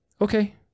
Okay